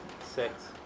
Six